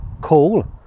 call